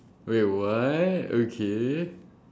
wait what okay